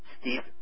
Steve